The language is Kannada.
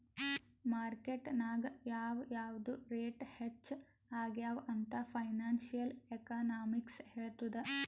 ಮಾರ್ಕೆಟ್ ನಾಗ್ ಯಾವ್ ಯಾವ್ದು ರೇಟ್ ಹೆಚ್ಚ ಆಗ್ಯವ ಅಂತ್ ಫೈನಾನ್ಸಿಯಲ್ ಎಕನಾಮಿಕ್ಸ್ ಹೆಳ್ತುದ್